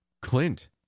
Clint